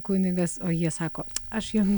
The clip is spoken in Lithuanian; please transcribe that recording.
kunigas o jie sako aš jum